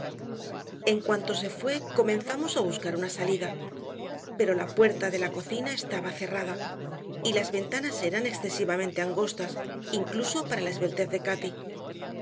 en cuanto se fue comenzamos a buscar una salida pero la puerta de la cocina estaba cerrada y las ventanas eran excesivamente angostas incluso para la esbeltez de cati